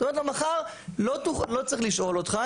את אומרת לו: מחר לא צריך לשאול אותך,